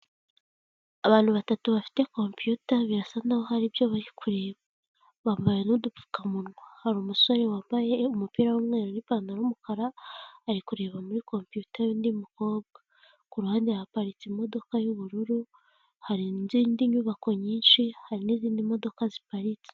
Abantu batatu bafite kompiyuta birasa n'aho hari ibyo bari kureba, bambaye n'udupfukamunwa hari umusore wambaye umupira w'umweru n'ipantaro y'umukara ari kureba muri kompiyuta y'undi mukobwa, ku ruhande haparitse imodoka y'ubururu hari izindi nyubako nyinshi hari n'izindi modoka ziparitse.